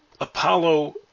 Apollo